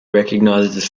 recognises